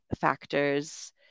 factors